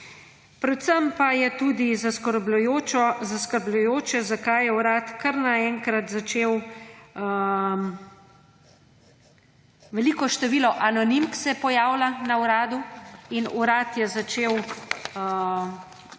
Predvsem pa je tudi zaskrbljujoče, zakaj je Urad kar na enkrat začel – veliko število anonimk se pojavlja na Uradu – in urad je začel, v